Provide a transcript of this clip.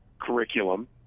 curriculum